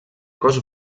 cos